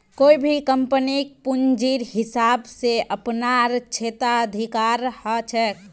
कोई भी कम्पनीक पूंजीर हिसाब स अपनार क्षेत्राधिकार ह छेक